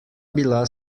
bila